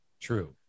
true